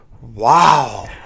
wow